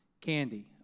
candy